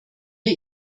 wir